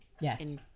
Yes